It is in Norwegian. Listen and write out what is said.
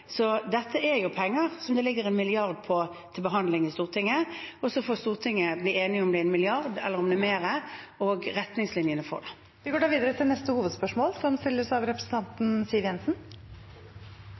Det ligger en milliard til behandling i Stortinget til dette, og så får Stortinget bli enig om det blir én milliard, eller om det blir mer, og retningslinjene for det. Vi går videre til neste hovedspørsmål. I går behandlet Stortinget et representantforslag fra Fremskrittspartiet og SV knyttet til regulering av